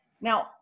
Now